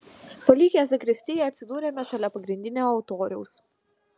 palikę zakristiją atsidūrėme šalia pagrindinio altoriaus